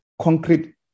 concrete